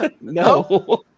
no